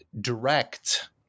direct